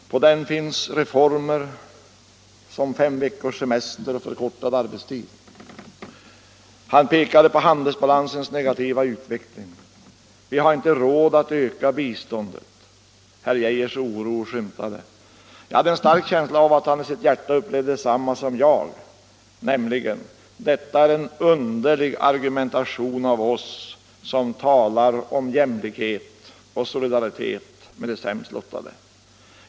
På den finns reformer som fem veckors semester och förkortad arbetstid. Han pekade på handelsbalansens negativa utveckling. Vi har inte råd att öka biståndet. Herr Geijers oro skymtade. Jag hade en stark känsla av att han i sitt hjärta upplevde detsamma som jag, nämligen att detta ären underlig argumentering av oss som talar om jämlikhet och solidaritet med de sämst lottade.